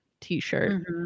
t-shirt